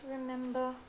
remember